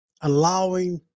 allowing